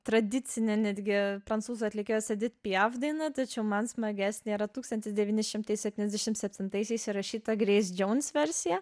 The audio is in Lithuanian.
tradicinė netgi prancūzų atlikėjos edit piaf daina tačiau man smagesnė yra tūkstantis devyni šimtai septyniasdešim septintaisiais įrašyta greis jones versija